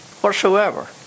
whatsoever